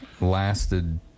lasted